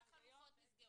איזה חלופות נסגרו?